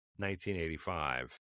1985